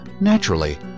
naturally